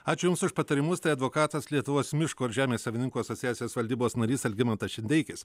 ačiū jums už patarimus tai advokatas lietuvos miško ir žemės savininkų asociacijos valdybos narys algimantas šindeikis